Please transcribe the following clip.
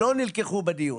לא לקחו בחשבון בדיון.